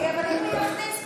ואנחנו ניסינו,